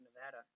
Nevada